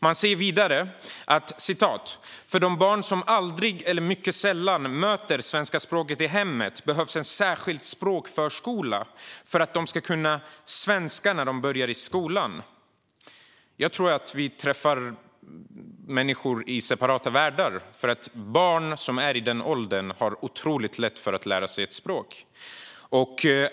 Man säger vidare: "För de barn som aldrig eller mycket sällan möter svenska språket i hemmet behövs en särskild språkförskola för att de ska kunna svenska när de börjar skolan." Jag tror att vi träffar människor i separata världar. Barn i den åldern har otroligt lätt för att lära sig ett språk.